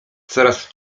coraz